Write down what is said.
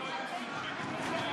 המשותפת.